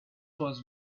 was